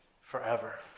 forever